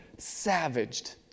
savaged